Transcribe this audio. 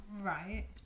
Right